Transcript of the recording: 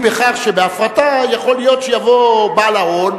היא בכך שבהפרטה יכול להיות שיבוא בעל ההון